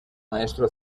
maestro